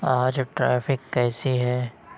آج ٹریفک کیسی ہے